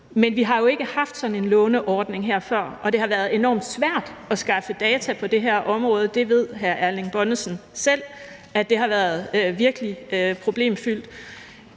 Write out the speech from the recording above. Men vi har jo ikke haft sådan en låneordning her før, og det har været enormt svært at skaffe data på det her område. Hr. Erling Bonnesen ved selv, at det virkelig har været problemfyldt.